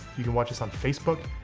you can watch us on facebook,